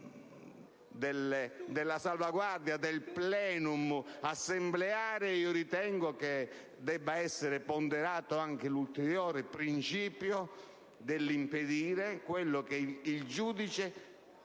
della salvaguardia del *plenum* assembleare ritengo che debba essere ponderato anche l'ulteriore principio dell'impedire ciò che il giudice